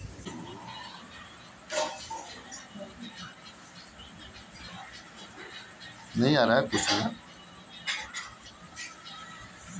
नारीवादी उद्यमिता में महिलन खातिर कटाई, सिलाई, बुनाई के काम शुरू कईल जात बाटे